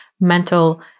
mental